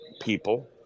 people